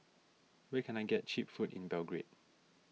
where can I get Cheap Food in Belgrade